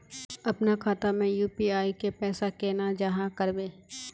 अपना खाता में यू.पी.आई के पैसा केना जाहा करबे?